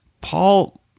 Paul